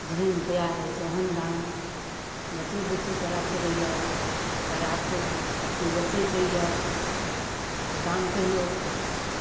जेहन तैयार रहै छै ओहन दाम बच्चे बुच्चीके रखयके यऽ तऽ राखू नहि बेचयके यऽ तऽ दाम कहियौ